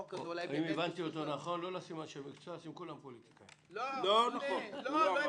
הבנתי אותו נכון לשים כולם פוליטיקאים ולא אנשי מקצוע.